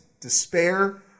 despair